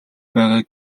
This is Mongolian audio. байгааг